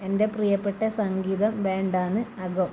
എന്റെ പ്രിയപ്പെട്ട സംഗീത ബാൻഡാണ് അകം